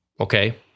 Okay